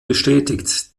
bestätigt